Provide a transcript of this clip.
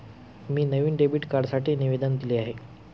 मी नवीन डेबिट कार्डसाठी निवेदन दिले आहे